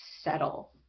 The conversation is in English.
settle